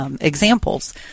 examples